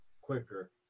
quicker